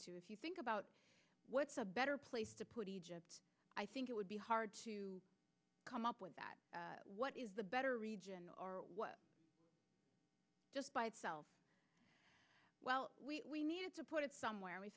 to if you think about what's a better place to put it i think it would be hard to come up with that what is the better region or just by itself well we needed to put it somewhere we